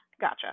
Gotcha